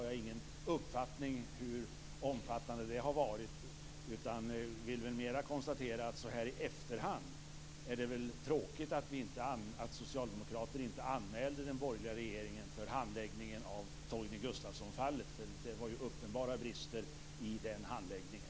Jag vill mera i efterhand konstatera att det är tråkigt att socialdemokraterna inte anmälde den borgerliga regeringen för handläggningen av fallet Torgny Gustafsson. Det var uppenbara brister i den handläggningen.